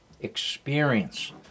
experience